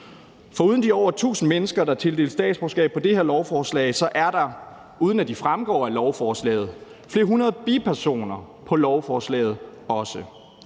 Foruden de over tusind mennesker, der tildeles statsborgerskab på det her lovforslag, er der også, uden at de fremgår af lovforslaget, flere hundrede bipersoner på lovforslaget.